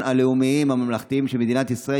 הלאומיים הממלכתיים של מדינת ישראל,